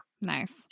Nice